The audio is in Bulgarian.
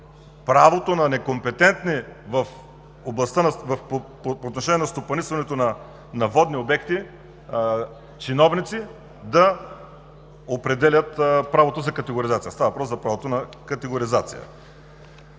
правото на некомпетентни, по отношение на стопанисването на водни обекти, чиновници да определят правото за категоризация – става въпрос за правото на категоризация.